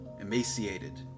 emaciated